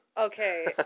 Okay